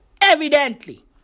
evidently